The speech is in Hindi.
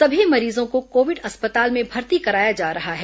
सभी मरीजों को कोविड अस्पताल में भर्ती कराया जा रहा है